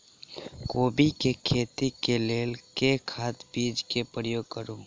कोबी केँ खेती केँ लेल केँ खाद, बीज केँ प्रयोग करू?